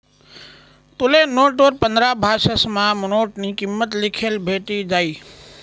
तुले नोटवर पंधरा भाषासमा नोटनी किंमत लिखेल भेटी जायी